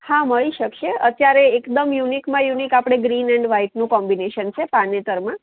હા હોઈ શકશે અત્યારે એકદમ યુનિકમાં યુનિક આપણે ગ્રીન એંડ વ્હાઇટ નું કોમ્બિનેશન છે પાનેતરમાં